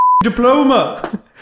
diploma